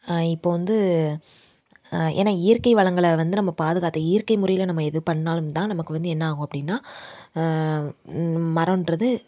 இப்போ வந்து ஏன்னால் இயற்கை வளங்களை வந்து நம்ம பாதுகாத்து இயற்கை முறையில் நம்ம எது பண்ணிணாலும் தான் நமக்கு வந்து என்ன ஆகும் அப்படினா மரகிறது